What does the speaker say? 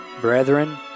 brethren